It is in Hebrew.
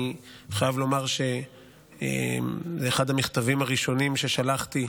אני חייב לומר שזה אחד המכתבים הראשונים ששלחתי,